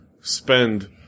spend